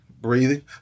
breathing